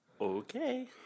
Okay